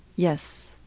yes.